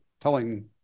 telling